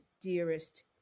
dearest